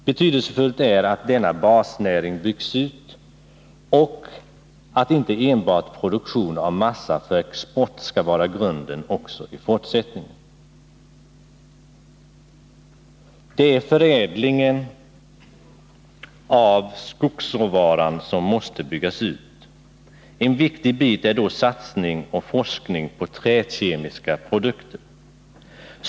Betydelsefullt är att denna basnäring byggs ut och att inte enbart produktion av massa för export skall vara grunden för den också i fortsättningen. Det är förädlingen av skogsråvarorna som måste byggas ut. En viktig bit är då satsning på och forskning om träkemiska produkter.